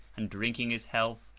and drinking his health,